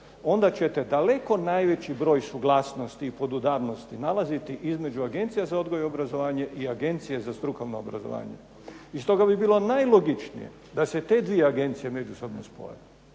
onda ćete daleko najveći broj suglasnosti i podudarnosti nalaziti između Agencija za odgoj i obrazovanje i Agencije za strukovno obrazovanje i stoga bi bilo najlogičnije da se te dvije agencije međusobno spoje,